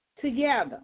together